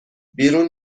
بیرون